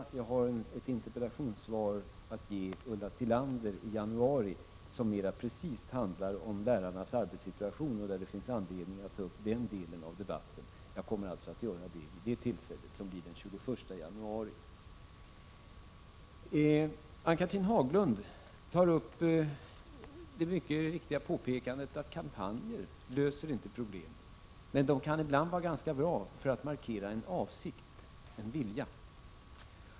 I januari har jag nämligen ett interpellationssvar att ge Ulla Tillander som mera avgränsat handlar om lärarnas arbetssituation, och det finns då anledning att ta upp den delen av debatten. Jag kommer alltså att göra det vid det tillfället, som blir den 21 januari. Ann-Cathrine Haglund gör det mycket riktiga påpekandet att kampanjer inte löser problemen. Men kampanjer kan ibland vara ganska bra för att markera en avsikt, en vilja.